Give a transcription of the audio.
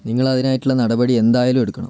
നിങ്ങൾ അതിനായിട്ടുള്ള നടപടി എന്തായാലും എടുക്കണം